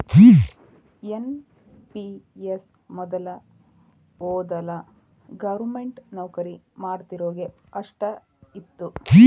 NPS ಮೊದಲ ವೊದಲ government ನೌಕರಿ ಮಾಡೋರಿಗೆ ಅಷ್ಟ ಇತ್ತು